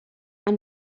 and